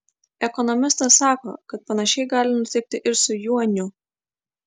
ekonomistas sako kad panašiai gali nutikti ir su juaniu